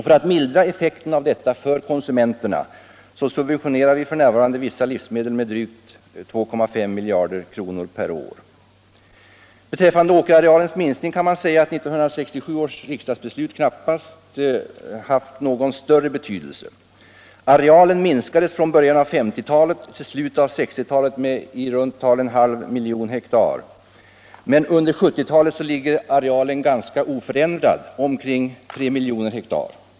För att mildra effekterna av detta för konsumenterna subventioner vi f.n. vissa livsmedel med drygt 2,5 miljarder kronor per år. Beträffande åkerarealens minskning kan man säga att 1967 års riksdagsbeslut knappast haft någon betydelse. Arealen minskade från början av 1950-talet till slutet på 1960-talet med omkring 500 000 ha. Men under 1970-talet ligger arealen ganska oförändrat kring 3 miljoner ha.